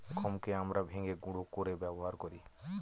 গমকে আমরা ভেঙে গুঁড়া করে ব্যবহার করি